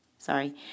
Sorry